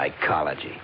Psychology